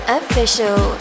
official